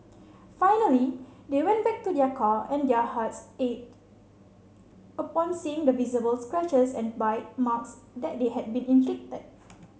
finally they went back to their car and their hearts ached upon seeing the visible scratches and bite marks that had been inflicted